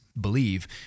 believe